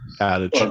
adage